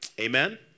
amen